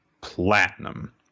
platinum